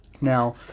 Now